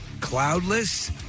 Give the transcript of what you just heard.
cloudless